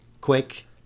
quick